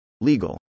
legal